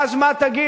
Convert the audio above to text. ואז מה תגידו?